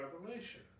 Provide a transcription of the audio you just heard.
Revelation